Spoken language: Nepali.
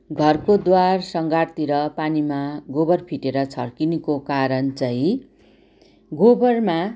घरको द्वार सङ्घारतिर पानीमा गोबर फिटेर छर्किनुको कारण चाहिँ गोबरमा